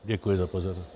Děkuji za pozornost.